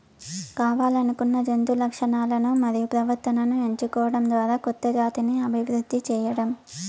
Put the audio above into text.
కావల్లనుకున్న జంతు లక్షణాలను మరియు ప్రవర్తనను ఎంచుకోవడం ద్వారా కొత్త జాతిని అభివృద్ది చేయడం